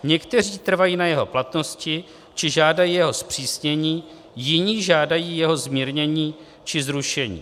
Někteří trvají na jeho platnosti či žádají jeho zpřísnění, jiní žádají jeho zmírnění či zrušení.